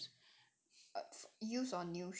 used or new shoe